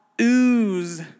ooze